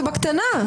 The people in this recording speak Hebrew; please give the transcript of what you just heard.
זה בקטנה.